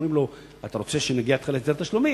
אומרים לו: אתה רוצה שנגיע אתך להסדר תשלומים?